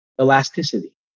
Elasticity